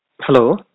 Hello